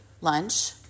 lunch